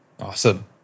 Awesome